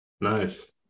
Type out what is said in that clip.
Nice